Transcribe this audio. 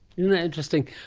you know interesting.